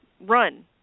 run